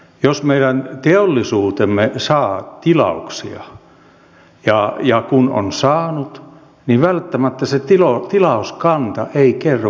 jos meidän teollisuutemme saa tilauksia ja kun se on saanut niin välttämättä se tilauskanta ei kerro kaikkea